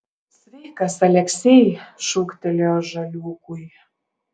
sveikas aleksej šūktelėjo žaliūkui